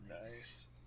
Nice